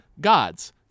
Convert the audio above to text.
God's